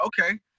okay